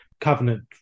covenant